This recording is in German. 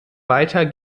weiter